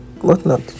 whatnot